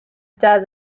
desert